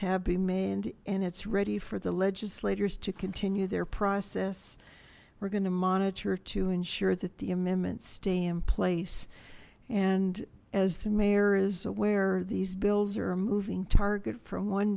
made and it's ready for the legislators to continue their process we're going to monitor to ensure that the amendments stay in place and as the mayor is aware these bills are a moving target from one